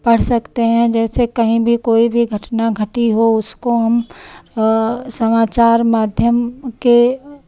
पढ़ सकते हैं जैसे कहीं भी कोई भी घटना घटी हो उसको हम समाचार माध्यम के